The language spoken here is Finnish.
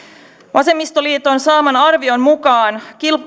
vasemmistoliiton saaman arvion mukaan